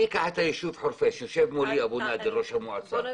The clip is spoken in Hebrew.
למשל, היישוב חורפיש -- תקצר, בבקשה.